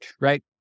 right